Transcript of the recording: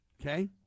okay